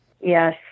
Yes